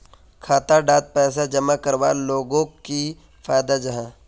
खाता डात पैसा जमा करवार लोगोक की फायदा जाहा?